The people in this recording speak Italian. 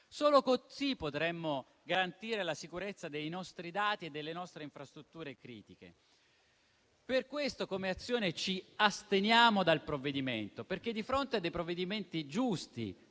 Solo così potremmo garantire la sicurezza dei nostri dati e delle nostre infrastrutture critiche. Per questo, come Azione, ci asterremo dal votare il provvedimento, perché di fronte a dei provvedimenti giusti,